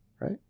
right